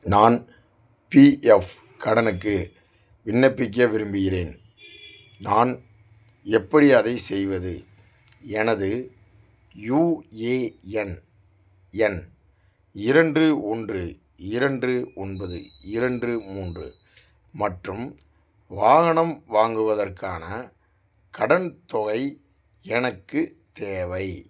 நான் பிஎஃப் கடனுக்கு விண்ணப்பிக்க விரும்புகிறேன் நான் எப்படி அதை செய்வது எனது யுஏஎன் எண் இரண்று ஒன்று இரண்டு ஒன்பது இரண்டு மூன்று மற்றும் வாகனம் வாங்குவதற்கான கடன் தொகை எனக்கு தேவை